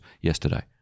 yesterday